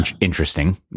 interesting